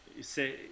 Say